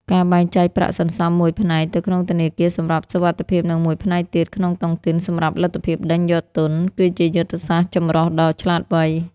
ការបែងចែកប្រាក់សន្សំមួយផ្នែកទៅក្នុងធនាគារ (សម្រាប់សុវត្ថិភាព) និងមួយផ្នែកទៀតក្នុងតុងទីន (សម្រាប់លទ្ធភាពដេញយកទុន) គឺជាយុទ្ធសាស្ត្រចម្រុះដ៏ឆ្លាតវៃ។